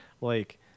like-